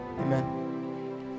Amen